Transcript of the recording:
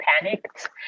panicked